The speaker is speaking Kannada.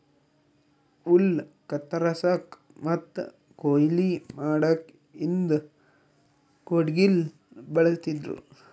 ಹುಲ್ಲ್ ಕತ್ತರಸಕ್ಕ್ ಮತ್ತ್ ಕೊಯ್ಲಿ ಮಾಡಕ್ಕ್ ಹಿಂದ್ ಕುಡ್ಗಿಲ್ ಬಳಸ್ತಿದ್ರು